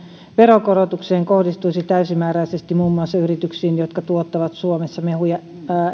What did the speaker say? veronkorotus kohdistuisi täysimääräisesti muun muassa yrityksiin jotka tuottavat suomessa mehuja